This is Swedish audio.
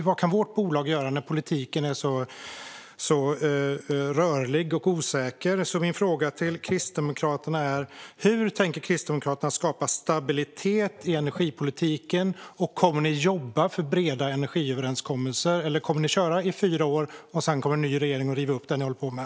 Vad kan vårt bolag göra när politiken är så rörlig och osäker? Min fråga till Kristdemokraterna är: Hur tänker Kristdemokraterna skapa stabilitet i energipolitiken? Kommer ni att jobba för breda energiöverenskommelser, eller kommer ni att köra i fyra år tills en ny regering river upp det ni håller på med?